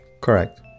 Correct